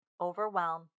Overwhelm